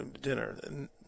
dinner